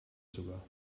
sogar